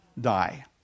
die